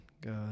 God